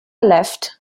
left